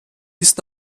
ist